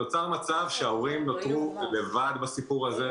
נוצר מצב שההורים נותרו לבד בסיפור הזה.